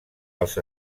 als